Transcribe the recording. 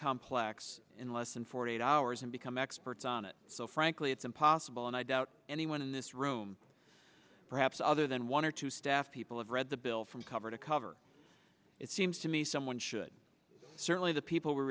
complex in less than forty eight hours and become experts on it so frankly it's impossible and i doubt anyone in this room perhaps other than one or two staff people have read the bill from cover to cover it seems to me someone should certainly the people